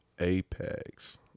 apex